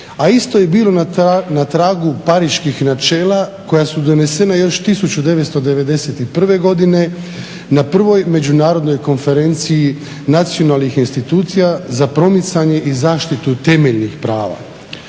a isto je bilo na tragu pariških načela koja su donesena još 1991. godine na Prvoj međunarodnoj konferenciji nacionalnih institucija za promicanje i zaštitu temeljnih prava.